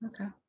Okay